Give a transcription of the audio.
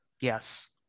Yes